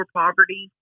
poverty